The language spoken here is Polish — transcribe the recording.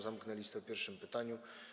Zamknę listę po pierwszym pytaniu.